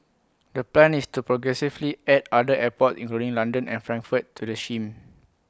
the plan is to progressively add other airports including London and Frankfurt to the shame